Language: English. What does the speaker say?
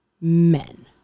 men